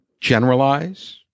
generalize